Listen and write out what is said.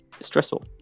stressful